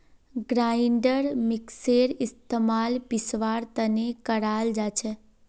grinder मिक्सरेर इस्तमाल पीसवार तने कराल जाछेक